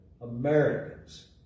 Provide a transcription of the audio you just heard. Americans